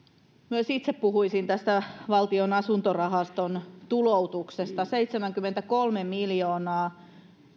myös itse puhuisin tästä valtion asuntorahaston tuloutuksesta seitsemänkymmentäkolme miljoonaa